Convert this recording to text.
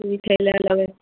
ठीक हए लए लेबै